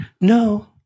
No